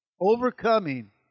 Overcoming